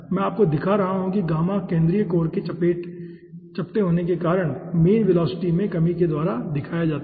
मैं आपको दिखा रहा हूँ गामा केंद्रीय कोर के चपटे होने के कारण मीन वेलोसिटी में कमी के द्वारा दिखाया जाता है